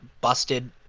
busted